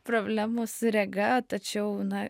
problemų su rega tačiau būna